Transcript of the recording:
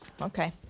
Okay